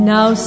Now